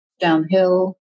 downhill